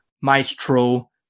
maestro